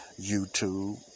YouTube